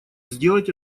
сделать